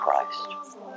Christ